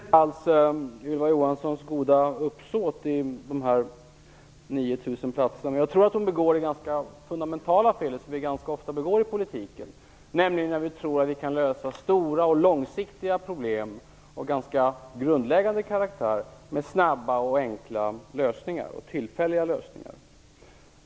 Herr talman! Jag betvivlar inte alls Ylva Johanssons goda uppsåt när det gäller dessa 9 000 platser. Däremot tror jag att hon begår det fundamentala misstag som vi ganska ofta begår i politiken, nämligen att vi tror att vi kan lösa stora och långsiktiga problem av ganska grundläggande karaktär med snabba, enkla och tillfälliga lösningar.